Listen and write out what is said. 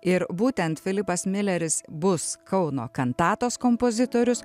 ir būtent filipas mileris bus kauno kantatos kompozitorius